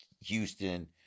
Houston